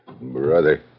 Brother